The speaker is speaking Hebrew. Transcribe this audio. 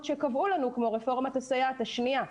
שקבעו לנו כמו רפורמת הסייעת השנייה.